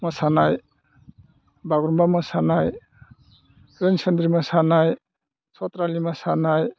मोसानाय बागुरुमबा मोसानाय रोनसोनद्रि मोसानाय सयथ्रालि मोसानाय